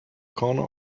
corner